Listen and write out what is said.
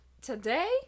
Today